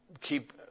keep